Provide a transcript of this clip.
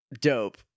Dope